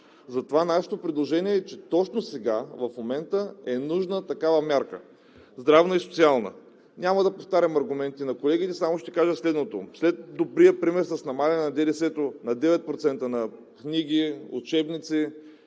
Затова нашето предложение е, че точно сега, в момента, е нужна такава мярка – здравна и социална. Няма да повтарям аргументите на колегите, само ще кажа следното: след добрия пример с намаляване на ДДС-то на 9% на книги, учебници,